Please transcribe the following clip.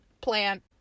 plant